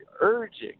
urging